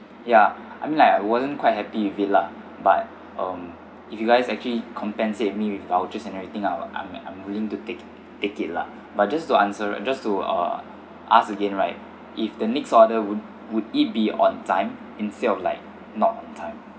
ya I'm like I wasn't quite happy with it lah but um if you guys actually compensate me with vouchers and everything I'll I'm I'm willing to take take it lah but just to answer just to uh ask again right if the next order would would it be on time instead of like not on time